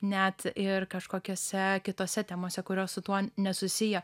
net ir kažkokiose kitose temose kurios su tuo nesusiję